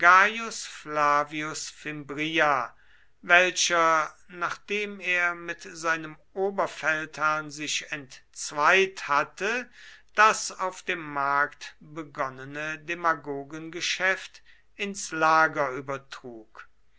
flavius fimbria welcher nachdem er mit seinem oberfeldherrn sich entzweit hatte das auf dem markt begonnene demagogengeschäft ins lager übertrug